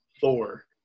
Four